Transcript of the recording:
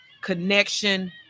connection